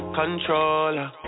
controller